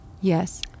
Yes